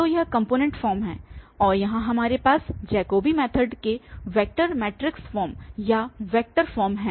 तो यह component form है और यहां हमारे पास जैकोबी मैथड के वेक्टर मैट्रिक्स फॉर्म या वेक्टर फॉर्म है